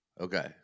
Okay